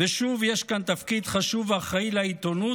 ושוב יש כאן תפקיד חשוב ואחראי לעיתונות,